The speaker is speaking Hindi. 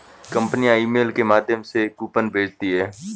कंपनियां ईमेल के माध्यम से कूपन भेजती है